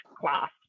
class